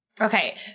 Okay